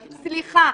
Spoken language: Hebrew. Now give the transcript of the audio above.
סליחה,